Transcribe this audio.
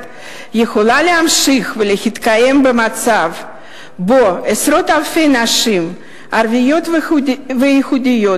יכולה להמשיך ולהתקיים במצב שבו עשרות-אלפי נשים ערביות ויהודיות